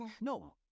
no